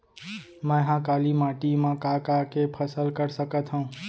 मै ह काली माटी मा का का के फसल कर सकत हव?